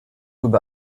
über